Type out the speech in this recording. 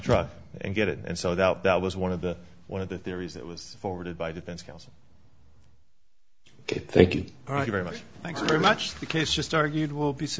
truck and get it and so that out that was one of the one of the theories that was forwarded by defense counsel ok thank you very much thanks very much the case just argued will be